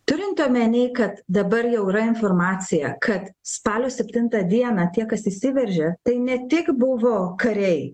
turint omeny kad dabar jau yra informacija kad spalio septintą dieną tie kas įsiveržė tai ne tik buvo kariai